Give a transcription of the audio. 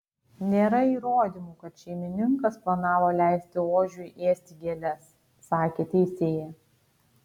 nėra įrodymų kad šeimininkas planavo leisti ožiui ėsti gėles sakė teisėja